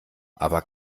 aber